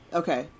okay